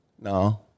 No